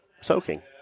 soaking